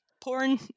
porn